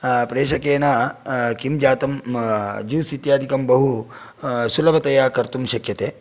पेषकेन किं जातं जूस् इत्यादिकं बहु सुलभतया कर्तुं शक्यते